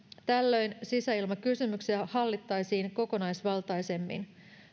tällöin sisäilmakysymyksiä hallittaisiin kokonaisvaltaisemmin